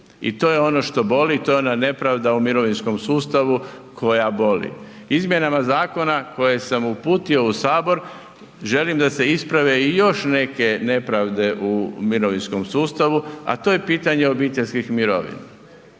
I to je ono što boli, to je ona nepravda u mirovinskom sustavu koja boli. Izmjenama zakona koje sam uputio u sabor želim da se isprave i još neke nepravde u mirovinskom sustavu, a to je pitanje obiteljskih mirovina.